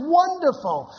wonderful